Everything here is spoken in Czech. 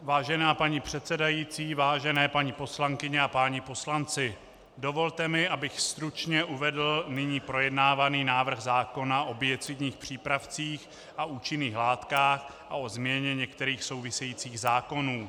Vážená paní předsedající, vážené paní poslankyně a páni poslanci, dovolte mi, abych stručně uvedl nyní projednávaný návrh zákona o biocidních přípravcích a účinných látkách a o změně některých souvisejících zákonů.